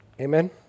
Amen